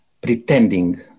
pretending